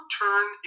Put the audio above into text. turn